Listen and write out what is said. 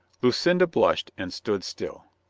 lucinda blushed and stood still.